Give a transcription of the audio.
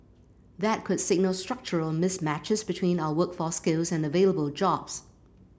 that could signal structural mismatches between our workforce skills and available jobs